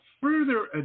further